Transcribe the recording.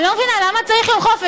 אני לא מבינה, למה צריך יום חופש?